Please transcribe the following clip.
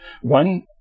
One